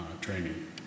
training